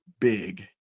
big